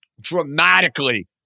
dramatically